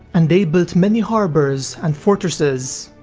and they built many harbours and fortresses,